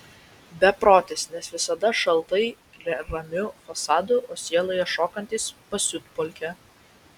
beprotis nes visada šaltai ramiu fasadu o sieloje šokantis pasiutpolkę